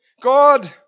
God